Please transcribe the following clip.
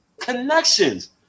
connections